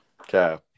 Okay